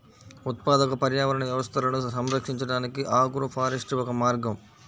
ఉత్పాదక పర్యావరణ వ్యవస్థలను సంరక్షించడానికి ఆగ్రోఫారెస్ట్రీ ఒక మార్గం